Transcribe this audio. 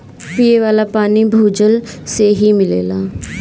पिये वाला पानी भूजल से ही मिलेला